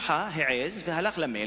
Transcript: לכן ההחלטה הזאת היא החלטה